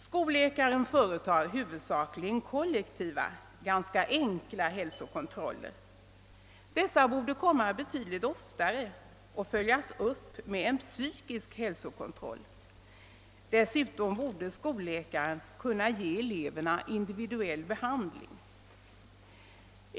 Skolläkaren företar huvudsakligen kollektiva, ganska enkla hälsokontroller. Dessa borde komma betydligt oftare och följas upp med en psykisk hälsokontroll. Dessutom borde skolläkaren kunna ge eleverna en individuell behandling.